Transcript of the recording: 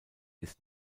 ist